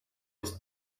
his